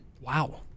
Wow